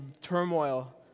turmoil